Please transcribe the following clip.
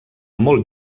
molt